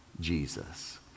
Jesus